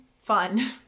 fun